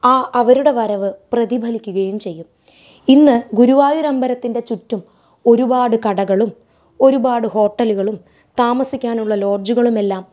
ആ അവരുടെ വരവ് പ്രതിഭലിക്കുകയും ചെയ്യും ഇന്ന് ഗുരുവായൂരമ്പലത്തിൻ്റെ ചുറ്റും ഒരുപാട് കടകളും ഒരുപാട് ഹോട്ടലുകളും താമസിക്കാനുള്ള ലോഡ്ജുകളുമെല്ലാം